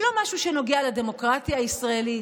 לא משהו שנוגע לדמוקרטיה הישראלית.